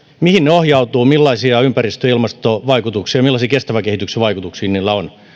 ohjautuvat millaisia ympäristö ja ilmastovaikutuksia millaisia kestävän kehityksen vaikutuksia niillä on